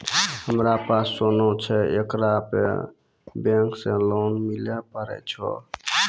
हमारा पास सोना छै येकरा पे बैंक से लोन मिले पारे छै?